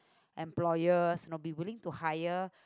employers you know be willing to hire